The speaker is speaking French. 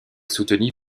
soutenue